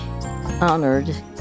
honored